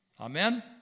Amen